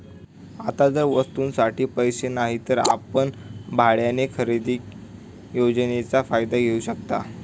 आता जर वस्तूंसाठी पैसे नाहीत तर आपण भाड्याने खरेदी योजनेचा फायदा घेऊ शकता